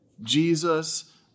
Jesus